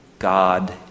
God